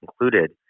included